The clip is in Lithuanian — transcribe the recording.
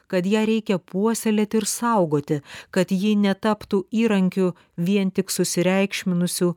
kad ją reikia puoselėti ir saugoti kad ji netaptų įrankiu vien tik susireikšminusių